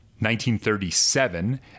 1937